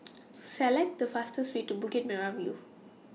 Select The fastest Way to Bukit Merah View